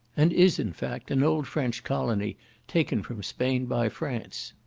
and is, in fact, an old french colony taken from spain by france.